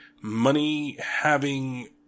money-having